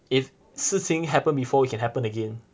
if 事情 happen before it can happen again